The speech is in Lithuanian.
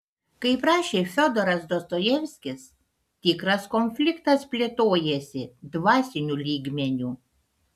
kaip rašė fiodoras dostojevskis tikras konfliktas plėtojasi dvasiniu lygmeniu